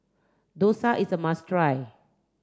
Dosa is a must try